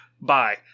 bye